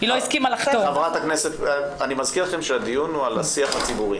אני מזכיר לכם שהדיון הוא על השיח הציבורי.